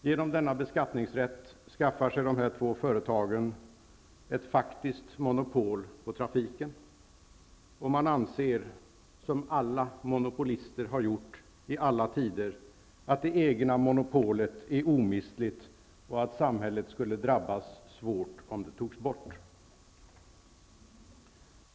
Med hjälp av denna beskattningsrätt skaffar dessa två företag ett faktiskt monopol på trafiken, och man anser, som alla monopolister har gjort i alla tider, att det egna monopolet är omistligt och att samhället skulle drabbas svårt om det togs bort.